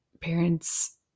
parents